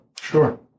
sure